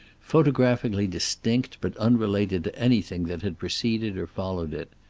photographically distinct but unrelated to anything that had preceded or followed it.